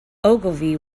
ogilvy